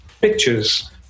pictures